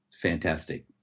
Fantastic